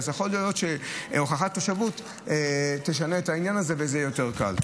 יכול להיות שהוכחת תושבות תשנה את העניין הזה וזה יהיה יותר קל.